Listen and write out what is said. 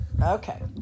Okay